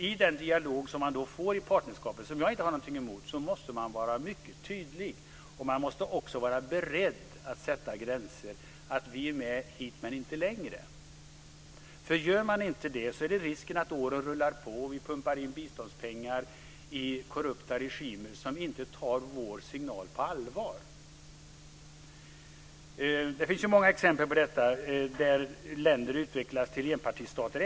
I den dialog som finns i partnerskapet - och som jag inte har någonting emot - måste man vara mycket tydlig. Man måste vara beredd att sätta gränser - hit men inte längre. Gör man inte det är det risk att åren rullar på och att biståndspengar pumpas in i korrupta regimer som inte tar våra signaler på allvar. Det finns många exempel där länder har utvecklats till enpartistater.